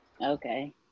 Okay